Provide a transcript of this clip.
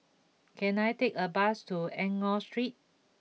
can I take a bus to Enggor Street